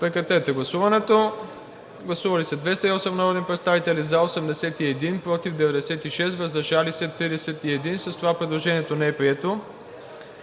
режим на гласуване. Гласували 208 народни представители: за 81, против 96, въздържали се 31. С това предложението не е прието.